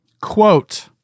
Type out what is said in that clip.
Quote